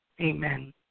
amen